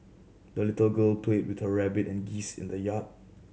the little girl played with her rabbit and geese in the yard